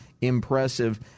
impressive